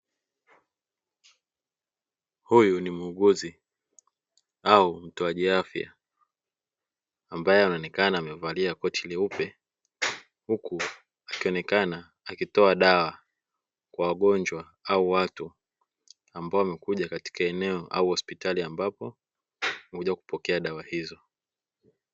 Huyu ni muuguzi au mtoaji afya ambaye anaonekana amevalia koti leupe huku akionekana akitoa dawa kwa wagonjwa au watu ambao wamekuja katika eneo au hospitali ambapo wanakuja kupokea dawa hizo.